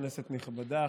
כנסת נכבדה,